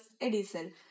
Edison